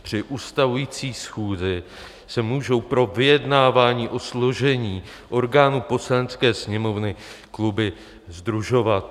Při ustavující schůzi se můžou pro vyjednávání o složení orgánů Poslanecké sněmovny kluby sdružovat.